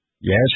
Yes